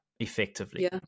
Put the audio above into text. effectively